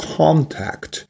contact